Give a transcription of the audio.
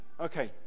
Okay